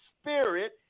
Spirit